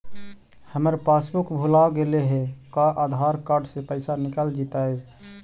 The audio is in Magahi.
हमर पासबुक भुला गेले हे का आधार कार्ड से पैसा निकल जितै?